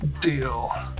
Deal